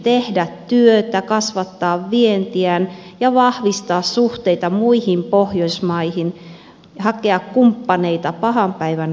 tehdä työtä kasvattaa vientiään ja vahvistaa suhteitaan muihin pohjoismaihin hakea kumppaneita pahan päivän varalle